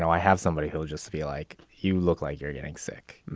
i have somebody who'll just be like, you look like you're getting sick.